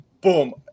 boom